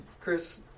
Chris